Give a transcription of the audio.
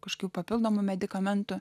kažkokių papildomų medikamentų